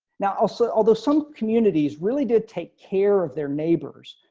now also, although some communities really did take care of their neighbors.